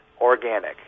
organic